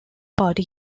party